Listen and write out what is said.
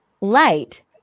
light